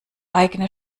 eigene